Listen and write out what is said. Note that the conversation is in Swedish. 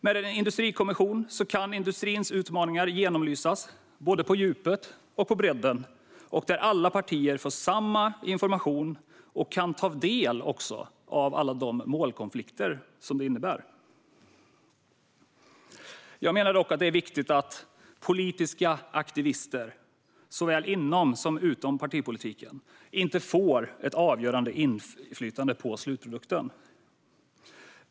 Med en industrikommission kan industrins utmaningar genomlysas både på djupet och på bredden, där alla partier får samma information och kan ta del av de målkonflikter som finns. Jag menar dock att det är viktigt att politiska aktivister, såväl inom som utom partipolitiken, inte får ett avgörande inflytande på slutprodukten.